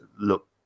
look